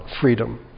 freedom